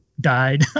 died